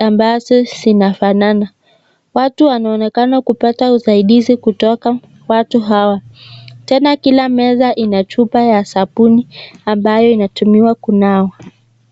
ambazo zinafanana. Watu wanaonekana kupata usaidizi kutoka watu hawa. Tena kila meza ina chupa ya sabuni ambayo inatumiwa kunawa.